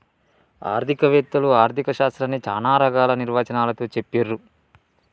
ఆర్థిక వేత్తలు ఆర్ధిక శాస్త్రాన్ని చానా రకాల నిర్వచనాలతో చెప్పిర్రు